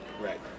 Right